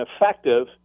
effective